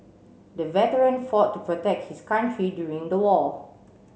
the veteran fought to protect his country during the war